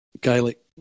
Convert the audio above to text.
Gaelic